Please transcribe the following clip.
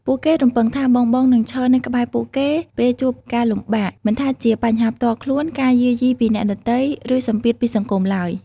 ពួកគេរំពឹងថាបងៗនឹងឈរនៅក្បែរពួកគេ ពេលជួបការលំបាក មិនថាជាបញ្ហាផ្ទាល់ខ្លួន ការយាយីពីអ្នកដទៃ ឬសម្ពាធពីសង្គមឡើយ។